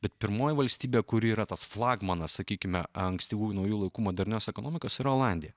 bet pirmoji valstybė kuri yra tas flagmanas sakykime ankstyvųjų naujų laikų modernios ekonomikos yra olandija